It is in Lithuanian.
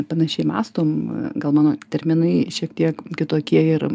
panašiai mąstom gal mano terminai šiek tiek kitokie ir